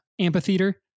amphitheater